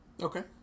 Okay